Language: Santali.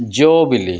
ᱡᱚᱼᱵᱤᱞᱤ